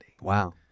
Wow